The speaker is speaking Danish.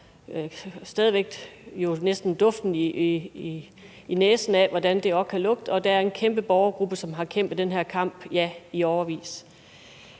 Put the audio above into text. og stadig væk jo næsten har lugten i næsen af, hvordan det kan lugte, og der er en kæmpe borgergruppe, som har kæmpet den her kamp i årevis.